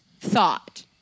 thought